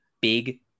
big